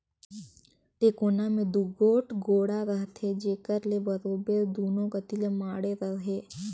टेकोना मे दूगोट गोड़ा रहथे जेकर ले बरोबेर दूनो कती ले माढ़े रहें